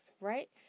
right